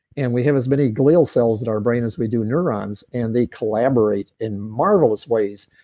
and we have as many glial cells at our brain as we do neurons, and they collaborate in marvelous ways.